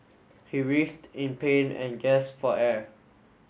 he writhed in pain and gasped for air